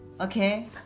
okay